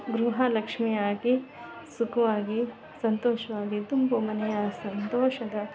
ಗೃಹ ಲಕ್ಷ್ಮಿಯಾಗಿ ಸುಖವಾಗಿ ಸಂತೋಷವಾಗಿ ತುಂಬು ಮನೆಯ ಸಂತೋಷದ